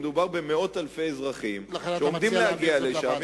מדובר במאות אלפי אזרחים שעומדים להגיע לשם,